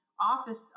office